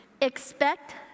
Expect